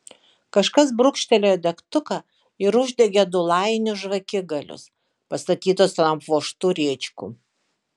kažkas brūkštelėjo degtuką ir uždegė du lajinius žvakigalius pastatytus ant apvožtų rėčkų